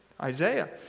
Isaiah